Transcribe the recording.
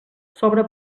sobre